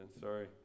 sorry